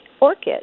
orchid